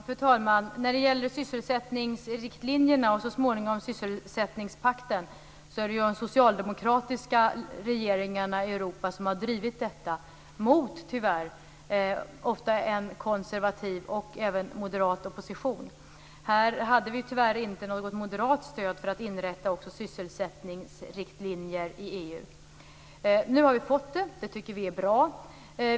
Fru talman! När det gäller sysselsättningsriktlinjerna och så småningom sysselsättningspakten är det ju de socialdemokratiska regeringarna i Europa som har drivit detta, tyvärr ofta mot en konservativ och även moderat opposition. Här hade vi tyvärr inte något moderat stöd för att inrätta också sysselsättningsriktlinjer i EU. Nu har vi fått det. Det tycker vi är bra.